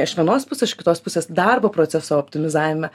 iš vienos pusės iš kitos pusės darbo proceso optimizavime